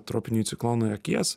tropiniui ciklonui akies